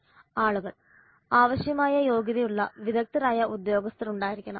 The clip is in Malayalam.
ആളുകൾ ആവശ്യമായ യോഗ്യതയുള്ള വിദഗ്ദ്ധരായ ഉദ്യോഗസ്ഥർ ഉണ്ടായിരിക്കണം